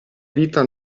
vita